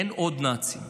אין עוד נאצים.